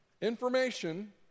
Information